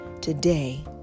today